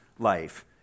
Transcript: life